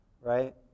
right